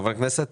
חברי הכנסת?